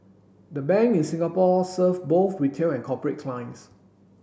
the Bank in Singapore serve both retail and corporate clients